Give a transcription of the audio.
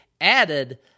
added